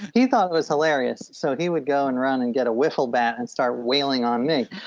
he thought it was hilarious so he would go and run and get a whiffle bat and start whaling on me.